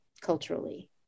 culturally